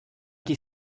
qui